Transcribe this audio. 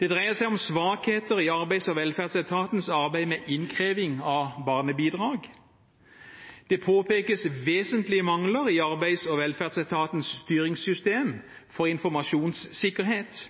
Det dreier seg om svakheter i Arbeids- og velferdsetatens arbeid med innkreving av barnebidrag. Det påpekes vesentlige mangler i Arbeids- og velferdsetatens styringssystem for informasjonssikkerhet.